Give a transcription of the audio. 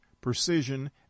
precision